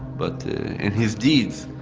but in his deeds